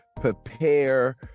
prepare